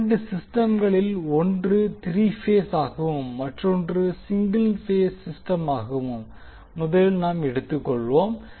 இரண்டு சிஸ்டம்களில் ஒன்று த்ரீ பேஸ் ஆகவும் மற்றொன்று சிங்கிள் பேஸ் சிஸ்டமாகவும் முதலில் நாம் எடுத்துக்கொள்வோம்